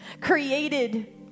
created